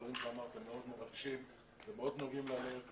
הדברים שאמרתם מאוד מרגשים ומאוד נוגעים ללב,